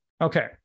Okay